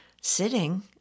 Sitting